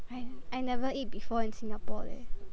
I I never eat before in Singapore leh